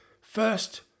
first